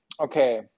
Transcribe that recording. okay